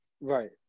Right